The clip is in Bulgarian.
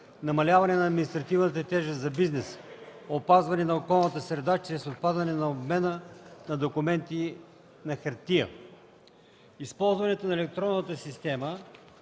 намаляване на административната тежест за бизнеса; опазване на околната среда чрез отпадане на обмена на документи на хартия. С използването на електронната система